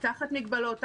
תחת מגבלות,